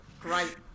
great